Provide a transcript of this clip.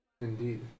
Indeed